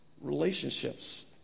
relationships